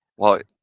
well,